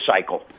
cycle